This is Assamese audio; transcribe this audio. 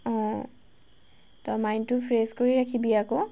অঁ তই মাইণ্ডটো ফ্ৰেছ কৰি ৰাখিবি আকৌ